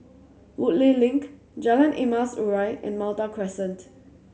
Woodleigh Link Jalan Emas Urai and Malta Crescent